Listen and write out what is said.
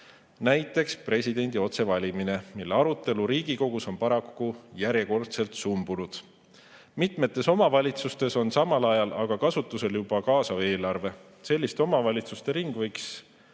Näiteks presidendi otsevalimine, mille arutelu Riigikogus on paraku järjekordselt sumbunud. Mitmetes omavalitsustes on samal ajal aga kasutusel juba kaasav eelarve. Selliste omavalitsuste ring võiks